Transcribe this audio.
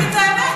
בוא נגיד את האמת.